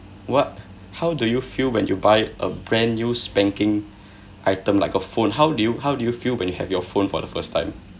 what how do you feel when you buy a brand new spanking item like a phone how did you how did you feel when you have your phone for the first time